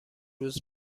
روز